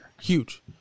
Huge